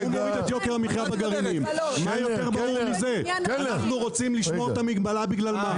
למה לשמור על המגבלה?